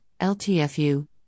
LTFU